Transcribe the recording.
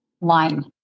line